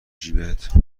جیبت